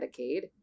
Medicaid